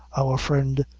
our friend,